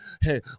hey